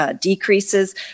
decreases